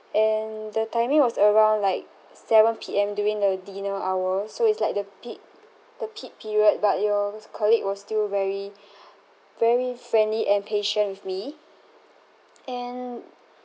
and the timing was around like seven P_M during the dinner hour so it's like the peak the peak period but your colleague was still very very friendly and patient with me and